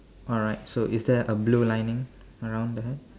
alright so is there a blue lining around the hat